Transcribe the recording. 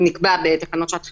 הוא נקבע בתקנות שעת חירום,